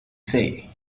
say